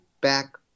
back